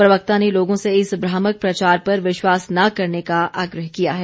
प्रवक्ता ने लोगों से इस भ्रामक प्रचार पर विश्वास न करने का आग्रह किया है